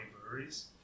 breweries